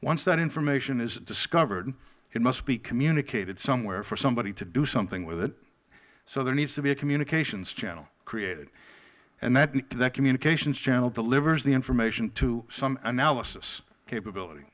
once that information is discovered it must be communicated somewhere for somebody to do something with it so there needs to be a communications channel created that communications channel delivers the information to some analysis capability